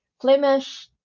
Flemish